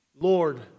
Lord